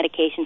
medications